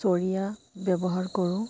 চৰিয়া ব্যৱহাৰ কৰোঁ